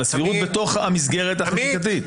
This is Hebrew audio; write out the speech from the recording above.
אבל סבירות בתוך המסגרת החקיקתית.